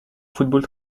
football